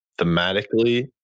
thematically